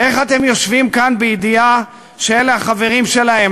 איך אתם יושבים כאן בידיעה שאלה החברים שלהם,